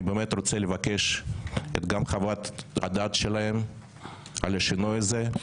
אני באמת רוצה לבקש את חוות הדעת שלהן על השינוי הזה,